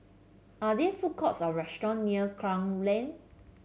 are there food courts or restaurants near Klang Lane